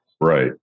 right